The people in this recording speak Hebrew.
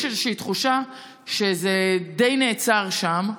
יש איזושהי תחושה שזה די נעצר שם.